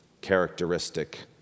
characteristic